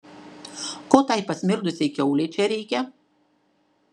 ko tai pasmirdusiai kiaulei čia reikia